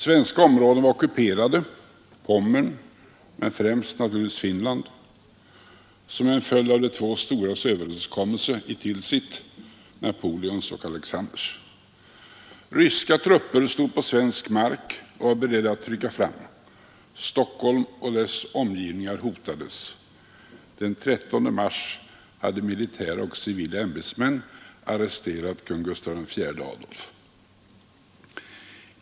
Svenska områden var ockuperade — Pommern, men främst Finland — som en följd av de två storas, Napoleons och Alexanders, överenskommelse i Tilsit. Ryska trupper stod på svensk mark och var beredda att rycka fram. Stockholm och dess omgivningar hotades. Den 13 mars hade militära och civila ämbetsmän arresterat kung Gustaf IV Adolf.